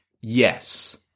Yes